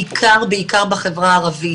בעיקר בחברה הערבית.